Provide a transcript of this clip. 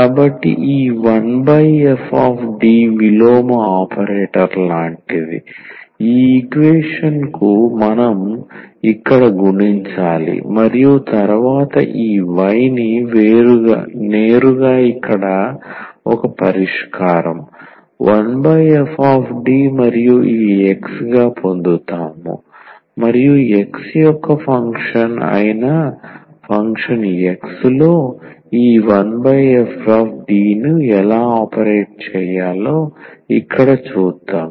కాబట్టి ఈ 1fD విలోమ ఆపరేటర్ లాంటిది ఈ ఈక్వేషన్ కు మనం ఇక్కడ గుణించాలి మరియు తరువాత ఈ y ని నేరుగా ఇక్కడ ఒక పరిష్కారం 1fD మరియు ఈ X గా పొందుతాము మరియు X యొక్క ఫంక్షన్ అయిన ఫంక్షన్ X లో ఈ 1fD ను ఎలా ఆపరేట్ చేయాలో ఇక్కడ చూద్దాం